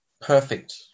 perfect